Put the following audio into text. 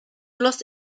los